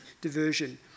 diversion